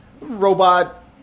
robot